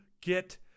get